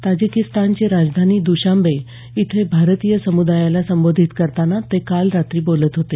ताजिकिस्तानची राजधानी द्रशांबे इथे भारतीय समुदायाला संबोधित करताना ते काल रात्री बोलत होते